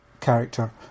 character